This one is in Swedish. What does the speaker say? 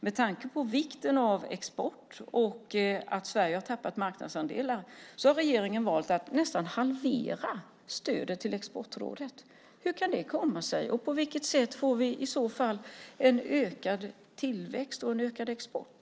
Med tanke på vikten av export och att Sverige har tappat marknadsandelar har regeringen valt att nästan halvera stödet till Exportrådet. Hur kan det komma sig? På vilket sätt får vi i så fall ökad tillväxt och ökad export?